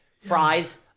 Fries